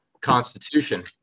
constitution